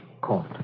court